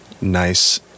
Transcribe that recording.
nice